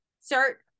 Start